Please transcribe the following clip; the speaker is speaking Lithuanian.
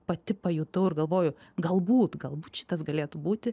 pati pajutau ir galvoju galbūt galbūt šitas galėtų būti